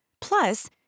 Plus